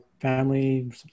family